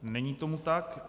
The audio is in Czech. Není tomu tak.